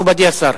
מכובדי השר.